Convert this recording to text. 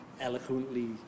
eloquently